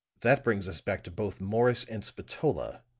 that brings us back to both morris and spatola,